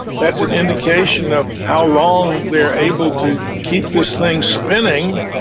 that's an indication of how long they are able to keep this thing spinning.